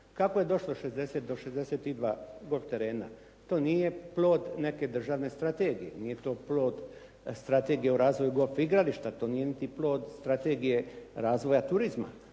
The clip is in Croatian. Kako je došlo 60 do 62 golf terena? To nije plod neke državne strategije, nije to plod strategije o izgradnji golf igrališta, to nije niti plod strategije razvoja turizma.